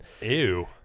Ew